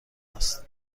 است